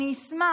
אני אשמח,